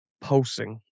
pulsing